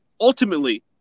ultimately